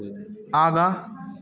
आगाँ